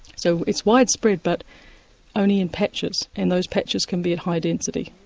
so it's widespread but only in patches and those patches can be at high density.